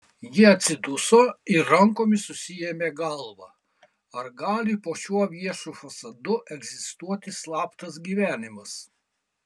ji atsiduso ir rankomis susiėmė galvą ar gali po šiuo viešu fasadu egzistuoti slaptas gyvenimas